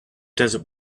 desert